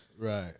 Right